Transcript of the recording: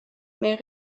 mais